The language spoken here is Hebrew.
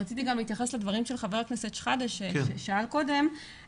רציתי גם להתייחס לדברים של חבר הכנסת שחאדה ששאל קודם.